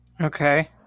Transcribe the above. Okay